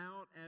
out